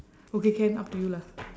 okay can up to you lah